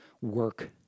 work